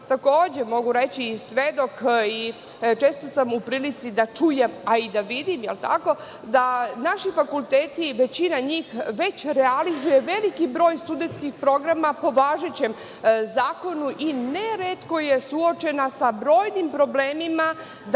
takođe mogu reći, svedok i često sam u prilici da čujem, a i da vidim, jel tako, da naši fakulteti, većina njih već realizuje veliki broj studentskih programa po važećem zakonu i neretko je suočena sa brojnim problemima